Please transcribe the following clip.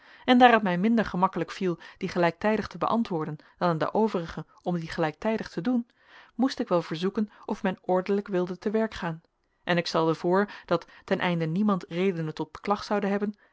en daar het mij minder gemakkelijk viel die gelijktijdig te beantwoorden dan aan de overigen om die gelijktijdig te doen moest ik wel verzoeken of men ordelijk wilde te werk gaan en ik stelde voor dat ten einde niemand redenen tot beklag zoude hebben